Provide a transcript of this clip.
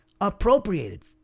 appropriated